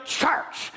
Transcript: church